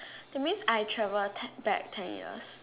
that means I travel ten back ten years